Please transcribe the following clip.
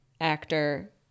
actor